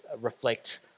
reflect